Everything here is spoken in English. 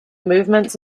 movements